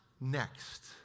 next